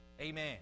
amen